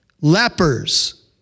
lepers